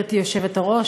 גברתי היושבת-ראש,